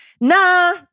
nah